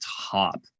top